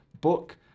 book